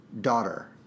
daughter